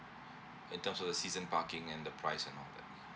in terms of the season parking and the price and all that